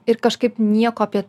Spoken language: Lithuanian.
ir kažkaip nieko apie